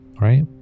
right